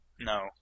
No